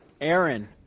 Aaron